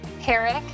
herrick